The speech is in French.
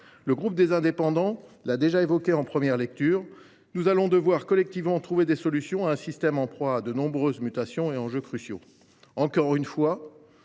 Le groupe Les Indépendants l’a déjà évoqué en première lecture, nous allons devoir collectivement trouver des solutions à un système en proie à de nombreuses mutations et soumis à des enjeux cruciaux. Encore une fois,